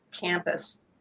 campus